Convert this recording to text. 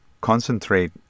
concentrate